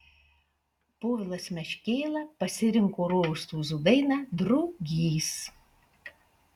povilas meškėla pasirinko rojaus tūzų dainą drugys